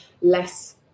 less